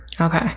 Okay